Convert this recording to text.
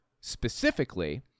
specifically